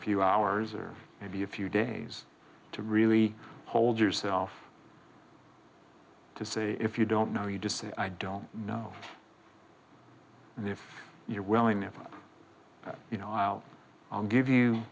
a few hours or maybe a few days to really hold yourself to say if you don't know you just say i don't know and if you're willing to follow up you know i'll i'll give you